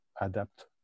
adapt